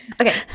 okay